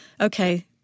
okay